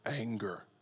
anger